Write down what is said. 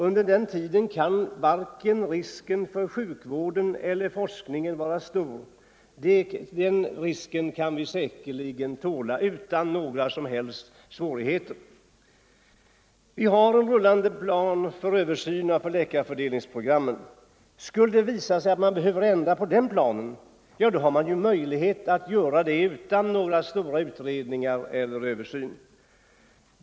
Under den tiden bör inte risken för vare sig sjukvården 13 november 1974 eller forskningen vara större än att vi säkerligen kan tåla den utan några som helst svårigheter. Tjänster för Vi har en rullande plan för översyn av läkarfördelningsprogrammet. vidareutbildade Skulle det visa sig att man behöver ändra den planen, då har man möjläkare, m.m. lighet att göra det utan några stora utredningar.